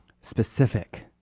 specific